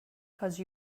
cause